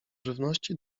żywności